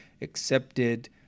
accepted